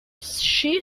she